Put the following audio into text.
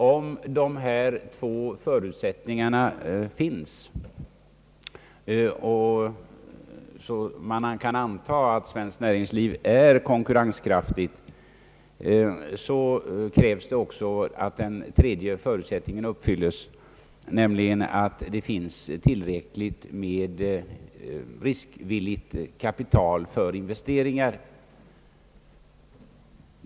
Om de två förutsättningarna finns kan man anta att svenskt näringsliv är konkurrenskraftigt, och då krävs det även att den tredje förutsättningen uppfylles, nämligen att tillräckligt med riskvilligt kapital för investeringar finns.